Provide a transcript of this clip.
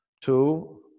two